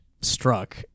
struck